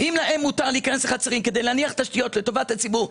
אם להם מותר להיכנס לחצרים כדי להניח תשתיות לטובת הציבור,